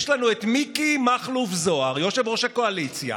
יש לנו את מיקי מכלוף זוהר יושב-ראש הקואליציה,